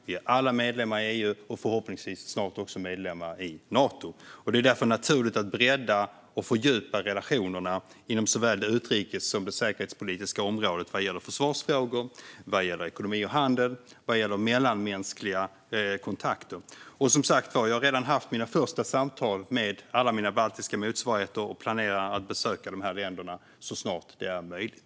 Vi är alla medlemmar i EU och förhoppningsvis snart också i Nato. Det är därför naturligt att bredda och fördjupa relationerna inom såväl det utrikespolitiska området som det säkerhetspolitiska området vad gäller försvarsfrågor, vad gäller ekonomi och handel och vad gäller mellanmänskliga kontakter. Och, som sagt var, jag har redan haft mina första samtal med alla mina baltiska motsvarigheter och planerar att besöka dessa länder så snart det är möjligt.